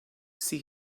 see